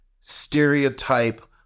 stereotype